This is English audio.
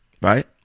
right